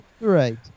Right